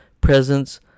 presence